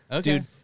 dude